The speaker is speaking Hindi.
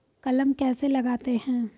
कलम कैसे लगाते हैं?